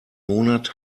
monat